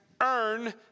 earn